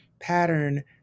pattern